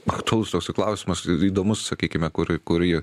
aktualus toksai klausimas įdomus sakykime kur kurį